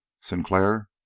Sinclair